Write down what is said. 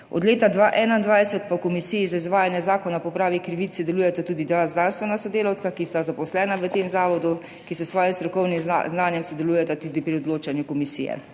Od leta 2021 pa v Komisiji za izvajanje Zakona o popravi krivic sodelujeta tudi dva znanstvena sodelavca, ki sta zaposlena v tem zavodu, ki s svojim strokovnim znanjem sodelujeta tudi pri odločanju komisije.